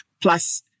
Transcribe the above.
Plus